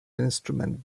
instrument